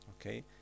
Okay